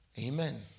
Amen